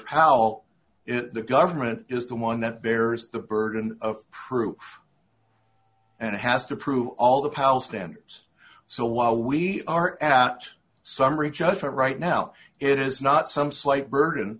pal the government is the one that bears the burden of proof and it has to prove all the power standards so while we are out summary judgment right now it is not some slight burden